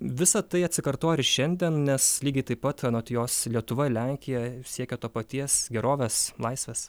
visa tai atsikartoja ir šiandien nes lygiai taip pat anot jos lietuva lenkija siekia to paties gerovės laisvės